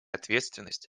ответственность